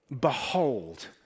Behold